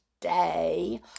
today